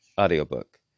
audiobook